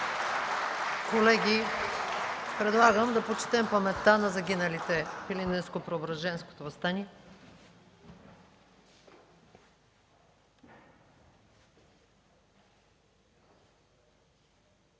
Колеги, предлагам да почетем паметта на загиналите в Илинденско-Преображенското въстание.